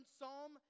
Psalm